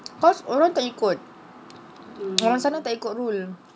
cause orang tak ikut orang sana tak ikut rule